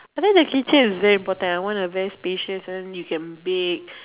I think the kitchen is very important I want a very spacious and then you can bake